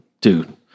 dude